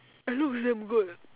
it looks damn good